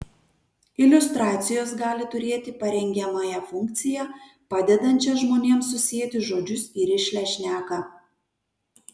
iliustracijos gali turėti parengiamąją funkciją padedančią žmonėms susieti žodžius į rišlią šneką